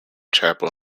chapel